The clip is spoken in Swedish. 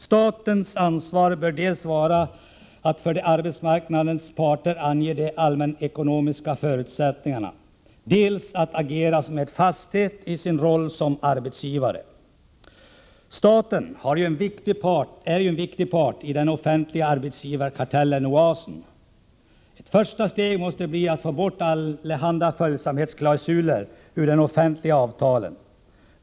Statens ansvar bör dels vara att för arbetsmarknadens parter ange de allmänekonomiska förutsättningarna, dels att agera med fasthet i sin roll som arbetsgivare. Staten är ju en viktig part i den offentliga arbetsgivarkartellen Oasen. Ett första steg måste bli att få bort allehanda följsamhetsklausuler ur de offentliga avtalen.